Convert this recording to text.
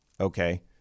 okay